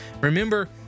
Remember